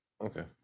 Okay